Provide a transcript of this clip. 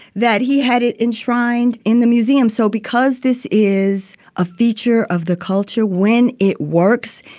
that he had it enshrined in the museum. so because this is a feature of the culture, when it works,